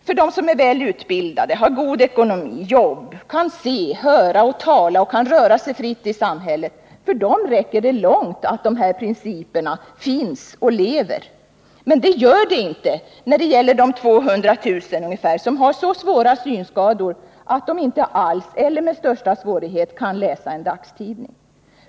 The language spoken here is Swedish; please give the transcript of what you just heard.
För dem som är väl utbildade, har god ekonomi, jobb, kan se, höra och tala och kan röra sig fritt i samhället — för dem räcker det långt att de här principerna finns och lever. Men det gör det inte när det gäller de ca 200 000 människor som har så svåra synskador att de inte alls, eller med största svårighet, kan läsa en dagstidning.